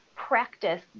practice